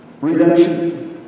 redemption